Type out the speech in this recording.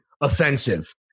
offensive